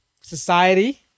society